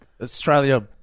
Australia